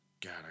God